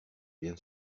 bien